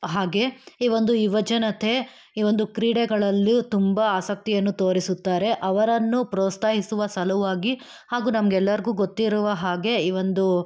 ಹಾಗೆ ಈ ಒಂದು ಯುವಜನತೆ ಈ ಒಂದು ಕ್ರೀಡೆಗಳಲ್ಲೂ ತುಂಬ ಆಸಕ್ತಿಯನ್ನು ತೋರಿಸುತ್ತಾರೆ ಅವರನ್ನು ಪ್ರೋತ್ಸಾಹಿಸುವ ಸಲುವಾಗಿ ಹಾಗೂ ನಮ್ಗೆಲ್ಲರ್ಗು ಗೊತ್ತಿರುವ ಹಾಗೆ ಈ ಒಂದು